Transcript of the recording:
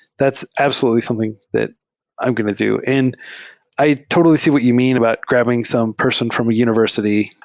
that's absolutely something that i'm going to do. and i totally see what you mean about grabbing some person from a univers ity,